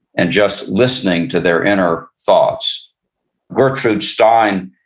and just listening to their inner thoughts gertrude stein,